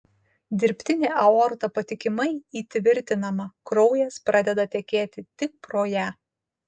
dirbtinė aorta patikimai įtvirtinama kraujas pradeda tekėti tik pro ją